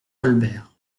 colbert